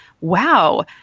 wow